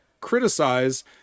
criticize